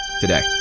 today